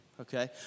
Okay